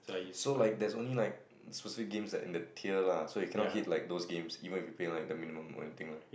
so like there's only like specific games like in the tier lah so you cannot hit like those games even if you pay like the minimum or anything lah